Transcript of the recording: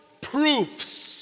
proofs